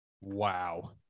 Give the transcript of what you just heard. Wow